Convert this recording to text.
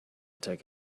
take